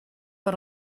per